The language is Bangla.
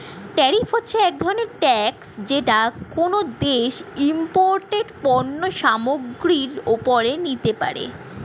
ট্যারিফ হচ্ছে এক ধরনের ট্যাক্স যেটা কোনো দেশ ইমপোর্টেড পণ্য সামগ্রীর ওপরে নিতে পারে